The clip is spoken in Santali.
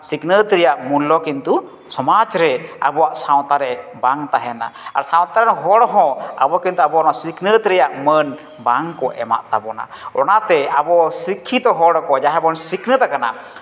ᱥᱤᱠᱱᱟᱹᱛ ᱨᱮᱭᱟᱜ ᱢᱩᱞᱞᱚ ᱠᱤᱱᱛᱩ ᱥᱚᱢᱟᱡᱽ ᱨᱮ ᱟᱵᱚᱣᱟᱜ ᱥᱟᱶᱛᱟ ᱨᱮ ᱵᱟᱝ ᱛᱟᱦᱮᱱᱟ ᱟᱨ ᱥᱟᱶᱛᱟ ᱨᱮᱱ ᱦᱚᱲ ᱦᱚᱸ ᱟᱵᱚ ᱠᱤᱱᱛᱩ ᱟᱵᱚ ᱱᱚᱣᱟ ᱥᱤᱠᱷᱱᱟᱹᱛ ᱨᱮᱭᱟᱜ ᱢᱟᱹᱱ ᱵᱟᱝ ᱠᱚ ᱮᱢᱟᱜ ᱛᱟᱵᱚᱱᱟ ᱚᱱᱟᱛᱮ ᱟᱵᱚ ᱥᱤᱠᱠᱷᱤᱛᱚ ᱦᱚᱲ ᱠᱚ ᱡᱟᱦᱟᱸᱭ ᱵᱚᱱ ᱥᱤᱠᱷᱱᱟᱹᱛ ᱠᱟᱱᱟ